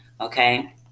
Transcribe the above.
Okay